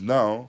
now